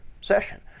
session